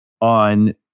on